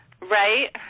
Right